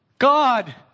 God